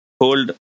hold